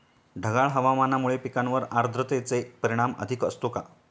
ढगाळ हवामानामुळे पिकांवर आर्द्रतेचे परिणाम अधिक असतो का?